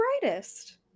brightest